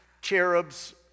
cherubs